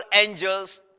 angels